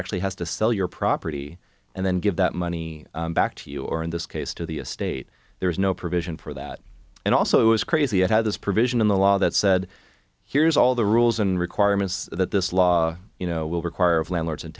actually has to sell your property and then give that money back to you or in this case to the estate there is no provision for that and also it was crazy how this provision in the law that said here's all the rules and requirements that this law you know will require of landlords and